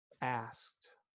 asked